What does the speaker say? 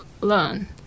learn